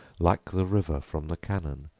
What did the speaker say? like the river from the canon